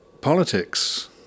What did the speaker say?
politics